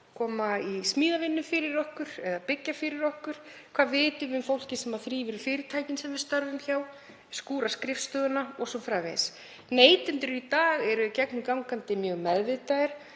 koma í smíðavinnu fyrir okkur eða byggja fyrir okkur? Hvað vitum við um fólkið sem þrífur fyrirtækin sem við störfum hjá, skúrar skrifstofuna o.s.frv.? Neytendur í dag eru gegnumgangandi mjög meðvitaðir;